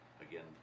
Again